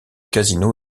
casino